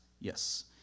Yes